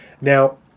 Now